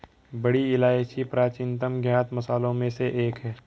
बड़ी इलायची प्राचीनतम ज्ञात मसालों में से एक है